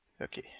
Okay